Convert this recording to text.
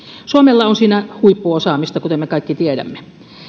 suomella on siinä huippuosaamista kuten me kaikki tiedämme